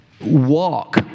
walk